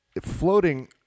floating